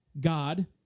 God